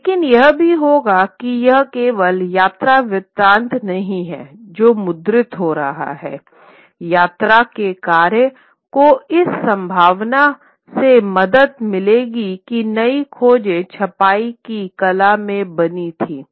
लेकिन यह भी होगा कि यह केवल यात्रा वृत्तांत नहीं हैं जो मुद्रित हो रहे थे यात्रा के कार्य को इस संभावना से मदद मिलेगी कि नई खोजें छपाई की कला में बनी थीं